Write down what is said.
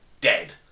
dead